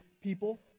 people